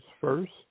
First